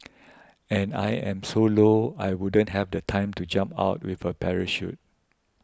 and I am so low I wouldn't have the time to jump out with a parachute